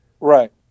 Right